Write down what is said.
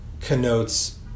Connotes